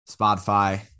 Spotify